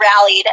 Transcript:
rallied